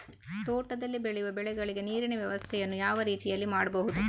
ತೋಟದಲ್ಲಿ ಬೆಳೆಯುವ ಬೆಳೆಗಳಿಗೆ ಹನಿ ನೀರಿನ ವ್ಯವಸ್ಥೆಯನ್ನು ಯಾವ ರೀತಿಯಲ್ಲಿ ಮಾಡ್ಬಹುದು?